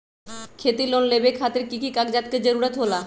खेती लोन लेबे खातिर की की कागजात के जरूरत होला?